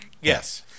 Yes